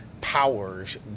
powers